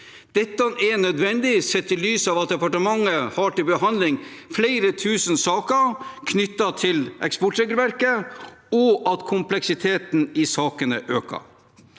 Dette er nødvendig sett i lys av at departementet har til behandling flere tusen saker knyttet til eksportregelverket, og at kompleksiteten i sakene øker.